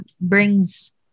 brings